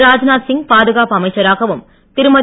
ராஜ்நாத்சிங் பாதுகாப்பு அமைச்சராகவும் திருமதி